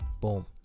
boom